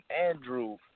Andrew